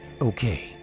Okay